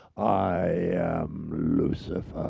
i am lucifer.